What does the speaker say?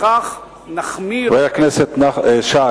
בכך נחמיר, חבר הכנסת שי,